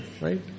right